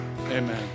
Amen